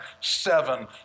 seven